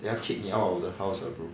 你要 kick 你 out of the house ah bro